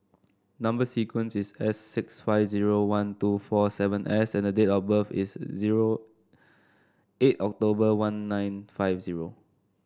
number sequence is S six five zero one two four seven S and the date of birth is zero eight October one nine five zero